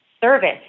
service